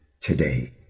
today